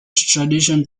tradition